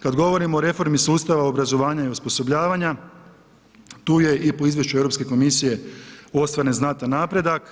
Kad govorimo o reformi sustava obrazovanja i osposobljavanja, tu je i po izvješću EU komisije ostvaren znatan napredak.